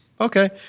okay